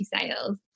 sales